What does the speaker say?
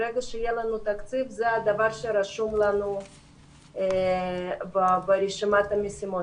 ברגע שיהיה לנו תקציב זה הדבר שרשום לנו ברשימת המשימות.